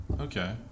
okay